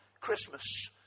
Christmas